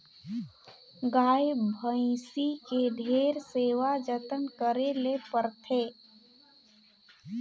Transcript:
गाय, भइसी के ढेरे सेवा जतन करे ले परथे